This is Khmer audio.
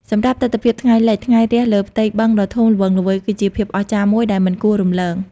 សម្រាប់ទិដ្ឋភាពថ្ងៃលិច និងថ្ងៃរះលើផ្ទៃបឹងដ៏ធំល្វឹងល្វើយ គឺជាភាពអស្ចារ្យមួយដែលមិនគួររំលង។